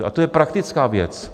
A to je praktická věc.